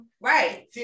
right